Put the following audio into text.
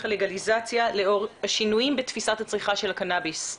הלגליזציה לאור שינויים בתפיסת הצריכה של קנאביס.